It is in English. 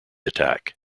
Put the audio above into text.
attack